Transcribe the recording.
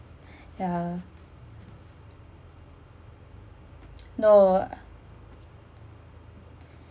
ya no